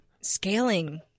scaling